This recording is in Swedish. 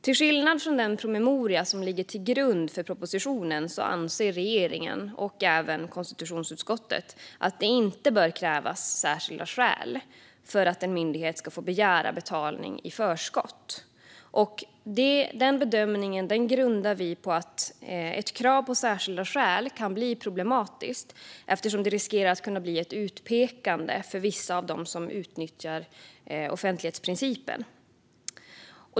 Till skillnad från den promemoria som ligger till grund för propositionen anser regeringen och även konstitutionsutskottet att det inte bör krävas särskilda skäl för att en myndighet ska få begära betalning i förskott. Denna bedömning grundar vi på att ett krav på särskilda skäl kan bli problematiskt, eftersom det riskerar att kunna bli ett utpekande för vissa av dem som utnyttjar offentlighetsprincipen.